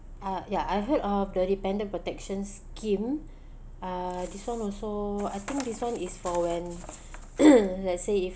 uh ya I heard of the dependent protection scheme uh this [one] also I think this [one] is for when let's say if